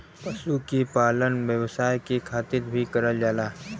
पशु के पालन व्यवसाय के खातिर भी करल जाला